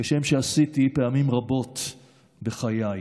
כשם שעשיתי פעמים רבות בחיי.